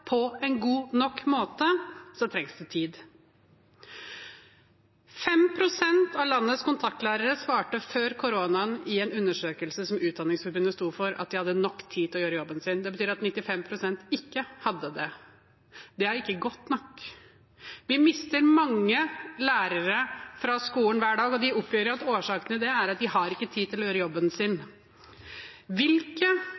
på en god nok måte – trengs det tid. 5 pst. av landets kontaktlærere svarte i en undersøkelse som Utdanningsforbundet sto for før koronaen, at de hadde nok tid til å gjøre jobben sin. Det betyr at 95 pst. ikke hadde det. Det er ikke godt nok. Vi mister mange lærere fra skolen hver dag, og de oppgir at årsaken til det er at de ikke har tid til å gjøre jobben